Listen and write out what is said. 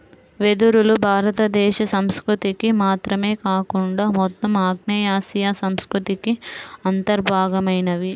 వెదురులు భారతదేశ సంస్కృతికి మాత్రమే కాకుండా మొత్తం ఆగ్నేయాసియా సంస్కృతికి అంతర్భాగమైనవి